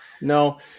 No